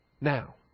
now